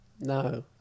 No